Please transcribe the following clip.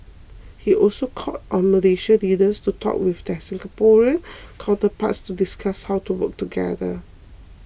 he also called on Malaysian leaders to talk with their Singaporean counterparts to discuss how to work together